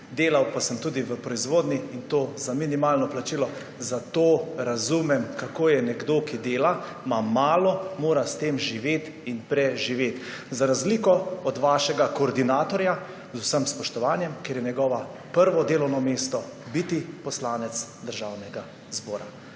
delal sem tudi v proizvodnji, in to za minimalno plačilo, zato razumem, kako je nekdo, ki dela, ima malo, mora s tem živeti in preživeti. Za razliko od vašega koordinatorja, z vsem spoštovanjem, ker je njegovo prvo delovno mesto biti poslanec Državnega zbora.